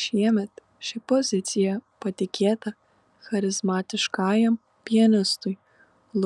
šiemet ši pozicija patikėta charizmatiškajam pianistui